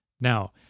now